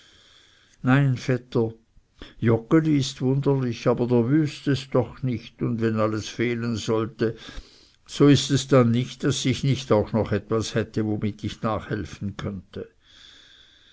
nein vetter joggeli ist wunderlich aber der wüstest doch nicht und wenn alles fehlen sollte so ist es dann nicht daß ich nicht auch noch etwas hätte womit ich nachhelfen könnte